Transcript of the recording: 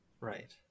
Right